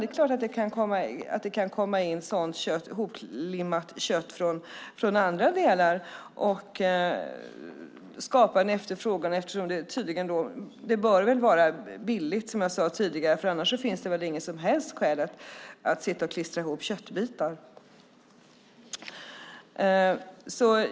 Det är klart att det kan komma in sådant hoplimmat kött från andra delar och skapa en efterfrågan, eftersom det bör vara billigt. Annars finns det väl inget som helst skäl att sitta och klistra ihop köttbitar.